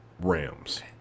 RAMs